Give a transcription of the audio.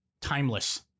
Timeless